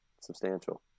substantial